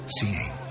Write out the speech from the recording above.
seeing